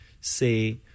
say